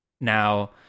Now